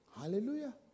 Hallelujah